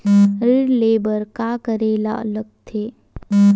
ऋण ले बर का करे ला लगथे?